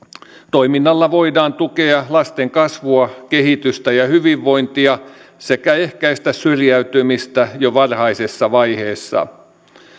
toiminnalla voidaan tukea lasten kasvua kehitystä ja hyvinvointia sekä ehkäistä syrjäytymistä jo varhaisessa vaiheessa